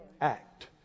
Act